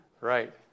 right